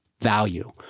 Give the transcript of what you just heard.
value